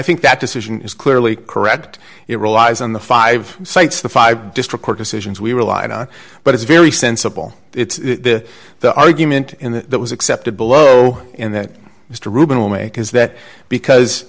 think that decision is clearly correct it relies on the five sites the five district court decisions we relied on but it's very sensible it's the the argument in the that was accepted below and that mr rubin will make is that because